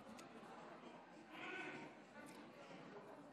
דקות לרשותך.